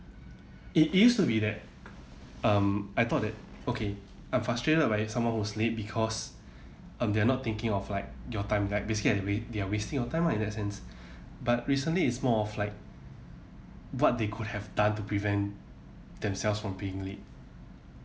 it used to be that um I thought that okay I'm frustrated by someone who's late because um they're not thinking of like your time like basically they are wast~ they are wasting your time lah in that sense but recently it's more of like what they could have done to prevent themselves from being late